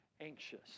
anxious